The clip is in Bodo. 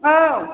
औ